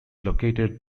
located